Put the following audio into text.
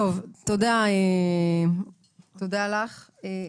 תודה לך.